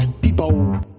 Depot